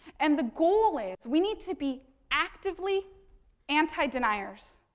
and, the goal is we need to be actively anti-deniers.